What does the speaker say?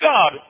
God